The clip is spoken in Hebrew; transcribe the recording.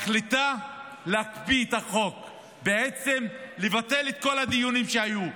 מחליטה להקפיא את החוק ובעצם לבטל את כל הדיונים שהיו,